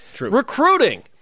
Recruiting